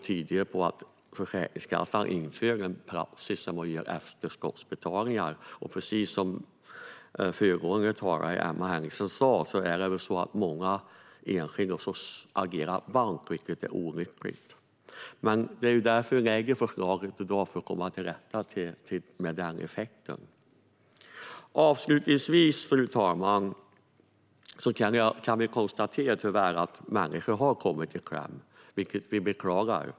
Tidigare hade Försäkringskassan en praxis med efterskottsbetalningar. Precis som Emma Henriksson sa har många enskilda då fått agera bank, vilket är olyckligt. Med det förslag vi lägger fram i dag vill vi komma till rätta med den effekten. Avslutningsvis kan vi tyvärr konstatera att människor har kommit i kläm, vilket vi beklagar.